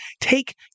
take